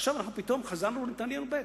ועכשיו אנחנו פתאום חזרנו לנתניהו ב'.